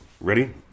Ready